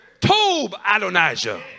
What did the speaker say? Tob-Adonijah